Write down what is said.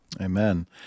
Amen